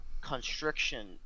constriction